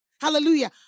Hallelujah